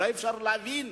אולי אפשר להבין,